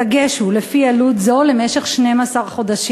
הדגש הוא: לפי עלות זו, למשך 12 חודשים.